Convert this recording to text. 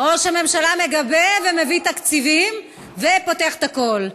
ראש הממשלה מגבה ומביא תקציבים ופותח את הכול.